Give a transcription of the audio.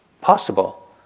possible